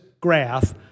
graph